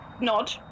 nod